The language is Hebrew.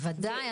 ודאי.